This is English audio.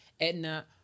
Edna